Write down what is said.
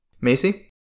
Macy